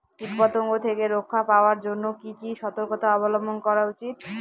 কীটপতঙ্গ থেকে রক্ষা পাওয়ার জন্য কি কি সর্তকতা অবলম্বন করা উচিৎ?